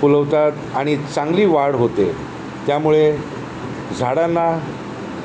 फुलवतात आणि चांगली वाढ होते त्यामुळे झाडांना